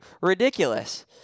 ridiculous